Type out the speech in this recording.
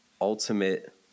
ultimate